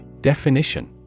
Definition